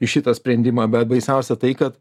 į šitą sprendimą bet baisiausia tai kad